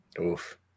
Oof